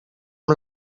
amb